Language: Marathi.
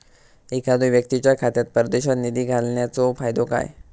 एखादो व्यक्तीच्या खात्यात परदेशात निधी घालन्याचो फायदो काय?